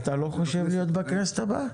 אתה לא חושב להיות בכנסת הבאה?